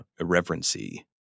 irreverency